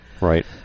Right